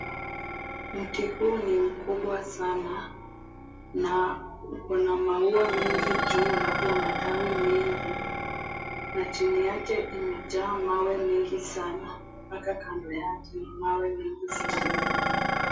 Mti huu ni mkubwa sana na una maua mengi juu na pia matawi mengi na chini yake imejaa mawe mengi sana mpaka kando yake mawe mengi sana.